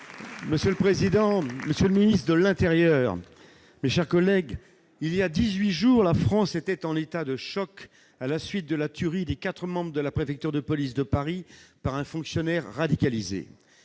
Républicains. Monsieur le ministre de l'intérieur, il y a dix-huit jours, la France était en état de choc à la suite de la tuerie de quatre membres de la préfecture de police de Paris par un fonctionnaire radicalisé.